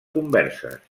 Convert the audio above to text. converses